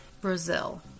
Brazil